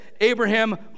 Abraham